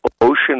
ocean